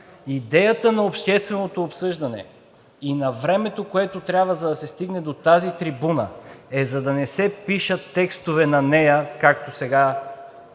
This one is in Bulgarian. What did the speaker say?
Идеята на общественото обсъждане и на времето, което трябва, за да се стигне до тази трибуна, е за да не се пишат текстове на нея, както сега